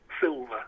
silver